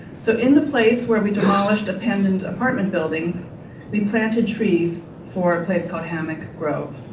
so in the place where we demolished abandoned apartment buildings we planted trees for a place called hammock grove.